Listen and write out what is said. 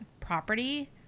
property